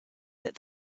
that